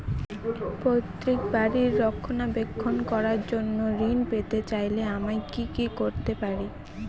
পৈত্রিক বাড়ির রক্ষণাবেক্ষণ করার জন্য ঋণ পেতে চাইলে আমায় কি কী করতে পারি?